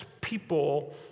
people